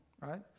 right